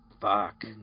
fuck